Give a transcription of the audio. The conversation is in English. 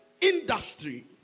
industry